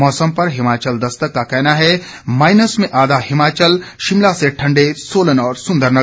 मौसम पर हिमाचल दस्तक का कहना है माइनस में आधा हिमाचल शिमला से ठंडे सोलन और सुंदरनगर